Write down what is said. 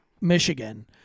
Michigan